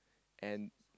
and